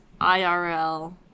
IRL